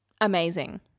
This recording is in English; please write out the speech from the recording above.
Amazing